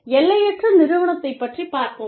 எல்லையற்ற நிறுவனத்தைப் பற்றிப் பார்ப்போம்